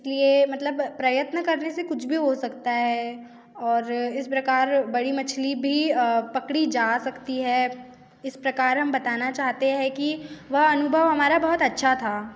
इस लिए मतलब प्रयत्न करने से कुछ भी हो सकता है और इस प्रकार बड़ी मछली भी पकड़ी जा सकती है इस प्रकार हम बताना चाहते हैं कि वह अनुभव हमारा बहुत अच्छा था